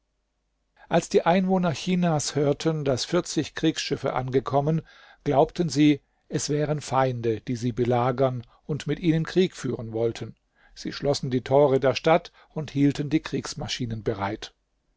als die einwohner chinas hörten daß vierzig kriegsschiffe angekommen glaubten sie es wären feinde die sie belagern und mit ihnen krieg führen wollten sie schlossen die tore der stadt und hielten die kriegsmaschinen bereit